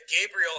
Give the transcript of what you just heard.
Gabriel